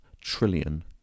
trillion